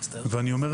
אני חושב